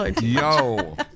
Yo